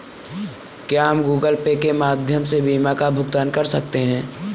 क्या हम Google Pay के माध्यम से बीमा का भुगतान कर सकते हैं?